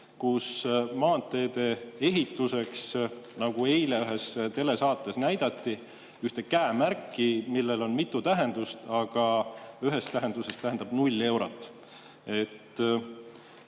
kus maanteede ehituseks, nagu eile selgus ühes telesaates, kus näidati ühte käemärki, millel on mitu tähendust, aga üks tähendus on null eurot.